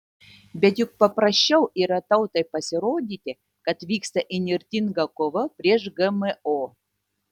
bet juk paprasčiau yra tautai pasirodyti kad vyksta įnirtinga kova prieš gmo